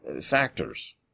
factors